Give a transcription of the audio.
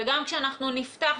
וגם כשאנחנו נפתח,